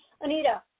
Anita